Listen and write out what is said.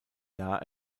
jahr